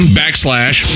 backslash